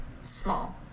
small